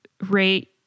rate